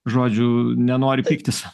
žodžiu nenori pyktis